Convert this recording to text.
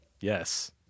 Yes